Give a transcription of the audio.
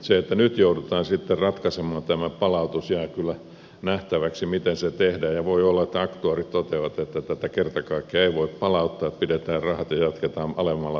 se että nyt joudutaan sitten ratkaisemaan tämä palautus jää kyllä nähtäväksi miten se tehdään ja voi olla että aktuaarit toteavat että tätä kerta kaikkiaan ei voi palauttaa että pidetään rahat ja jatketaan alemmalla tariffilla